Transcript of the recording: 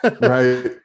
Right